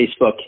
Facebook